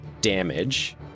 damage